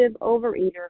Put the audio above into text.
overeater